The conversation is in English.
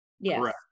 yes